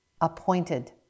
appointed